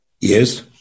Yes